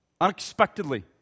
Unexpectedly